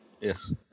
Yes